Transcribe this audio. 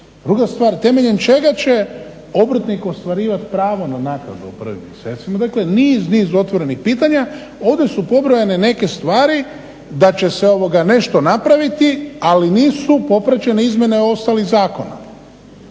Druga stvar, temeljem čega će obrtnik ostvarivati pravo na naknadu u prvim mjesecima? Dakle, niz, niz otvorenih pitanja. Ovdje su pobrojane neke stvari da će se nešto napraviti ali nisu popraćene izmjene ostalih zakona.